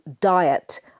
diet